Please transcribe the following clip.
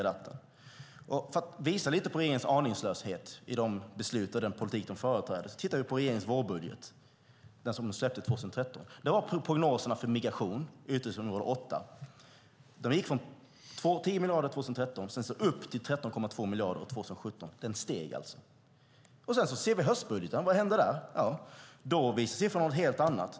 För att lite grann visa på regeringens aningslöshet i de beslut man fattar och i den politik man för kan vi se på regeringens vårbudget, den som kom 2013. Där finns prognosen för migration, utgiftsområde 8. Den går från 10 miljarder år 2013 till 13,2 miljarder år 2017. Den stiger enligt prognosen. När vi sedan tittar på höstbudgeten, vad ser vi där? Jo, då visar siffrorna någonting helt annat.